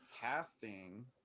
casting